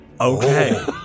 Okay